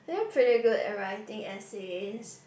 you look pretty good at writing essays